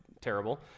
Terrible